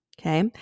Okay